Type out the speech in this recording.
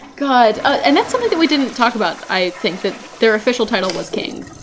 god, and that's something that we didn't talk about, i think, that their official title was king,